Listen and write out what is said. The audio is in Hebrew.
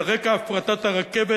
על רקע הפרטת הרכבת